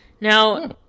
Now